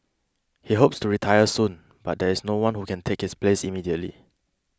he hopes to retire soon but there is no one who can take his place immediately